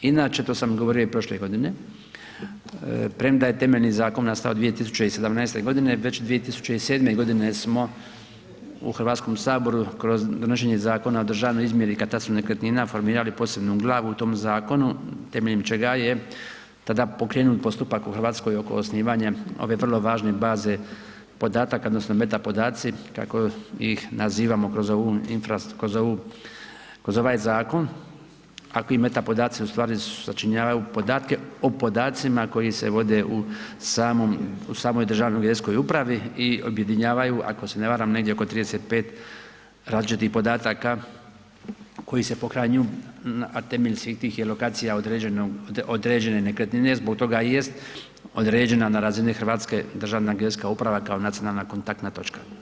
Inače, to sam govorio i prošle godine, premda je temeljni zakon nastao 2017. g., već 2007. g. smo u Hrvatskom saboru kroz donošenje Zakona o državnoj izmjeri i katastru nekretnina, formirali posebnu glavu u tom zakonu temeljem čega je tada pokrenut postupak u Hrvatskoj oko osnivanja ove vrlo važne baze podataka odnosno meta podaci kako ih nazivaju kroz ovaj zakon a ti meti podaci ustvari sačinjavaju podatke o podacima koji se vode u samoj Državnoj geodetskoj upravi i objedinjavaju, ako se ne varam oko 35 različitih podataka koji se pohranjuju a na temelju svih tih lokacija određene nekretnine, zbog toga i jest određena na razini Hrvatske Državna geodetska uprava kao nacionalna kontaktna točka.